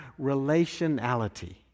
relationality